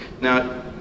Now